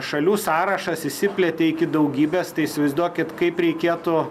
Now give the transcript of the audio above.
šalių sąrašas išsiplėtė iki daugybės tai įsivaizduokit kaip reikėtų